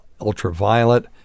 ultraviolet